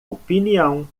opinião